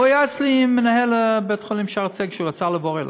הוא היה אצלי עם מנהל בית-החולים "שערי צדק" כשהוא רצה לעבור אליו,